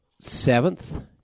seventh